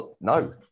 no